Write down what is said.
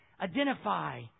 identify